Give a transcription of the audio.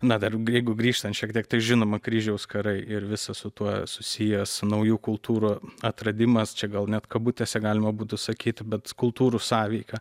na dar jeigu grįžtant šiek tiek tai žinoma kryžiaus karai ir visas su tuo susijęs naujų kultūrų atradimas čia gal net kabutėse galima būtų sakyti bet kultūrų sąveika